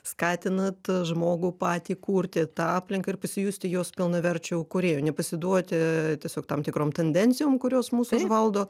skatinat žmogų patį kurti tą aplinką ir pasijusti jos pilnaverčiu kūrėju nepasiduoti tiesiog tam tikrom tendencijom kurios mus užvaldo